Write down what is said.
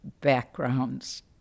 backgrounds